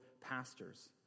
pastors